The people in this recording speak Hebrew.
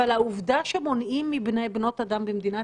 אבל העובדה שמונעים מבנות אדם ומבני אדם במדינת